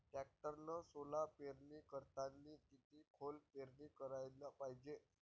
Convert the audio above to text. टॅक्टरनं सोला पेरनी करतांनी किती खोल पेरनी कराच पायजे?